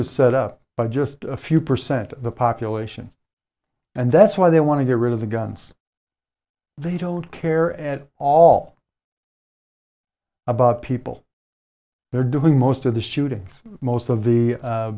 was set up by just a few percent of the population and that's why they want to get rid of the guns they don't care at all about people they're doing most of the shooting most of the